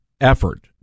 effort